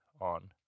on